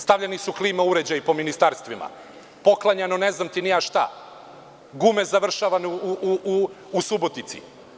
Stavljani su klima uređaji po ministarstvima, poklanjano ne znam ni ja šta, gume završavale u Subotici.